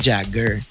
Jagger